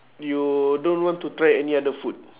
you don't want to try any other food